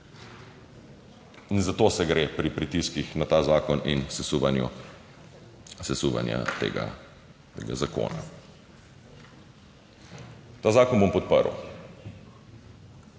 In za to se gre pri pritiskih na ta zakon in sesuvanju sesuvanja tega zakona. Ta zakon bom podprl.